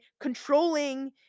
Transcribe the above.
controlling